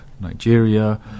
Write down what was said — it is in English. Nigeria